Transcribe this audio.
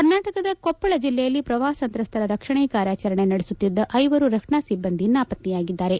ಕರ್ನಾಟಕದ ಕೊಪ್ಪಳ ಜೆಲ್ಲೆಯಲ್ಲಿ ಪ್ರವಾಪ ಸಂತ್ರಸ್ತರ ರಕ್ಷಣೆ ಕಾರ್ಯಾಚರಣೆ ನಡೆಸುತ್ತಿದ್ದ ಐವರು ರಕ್ಷಣಾ ಸಿಬ್ಬಂದಿ ನಾಪತ್ತೆಯಾಗಿದ್ದಾರೆ